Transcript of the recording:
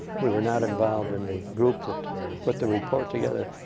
we were not involved in the group that put the report together.